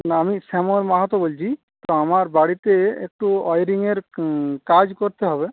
না আমি শ্যামল মাহাতো বলছি তো আমার বাড়িতে একটু ওয়্যারিঙের কাজ করতে হবে